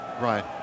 Right